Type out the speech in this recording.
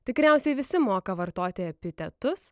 tikriausiai visi moka vartoti epitetus